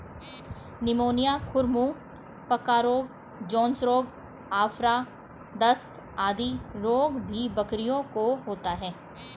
pneumonia, खुर मुँह पका रोग, जोन्स रोग, आफरा, दस्त आदि रोग भी बकरियों को होता है